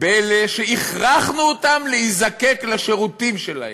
באלה שהכרחנו אותם להיזקק לשירותים שלהם.